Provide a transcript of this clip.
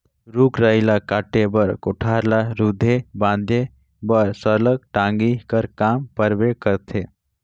रूख राई ल काटे बर, कोठार ल रूधे बांधे बर सरलग टागी कर काम परबे करथे